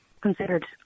considered